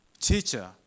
teacher